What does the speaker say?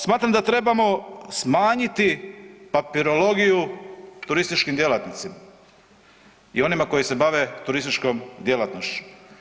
Smatram da trebamo smanjiti papirologiju turističkim djelatnicima i onima koji se bave turističkom djelatnošću.